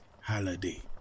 holiday